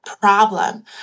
problem